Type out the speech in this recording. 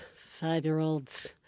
five-year-olds